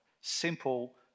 simple